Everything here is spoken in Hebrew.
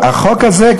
החוק הזה,